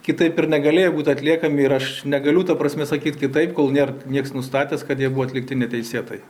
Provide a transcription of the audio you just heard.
kitaip ir negalėjo būt atliekami ir aš negaliu ta prasme sakyti kitaip kol nėr nieks nustatęs kad jie buvo atlikti neteisėtai